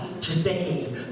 Today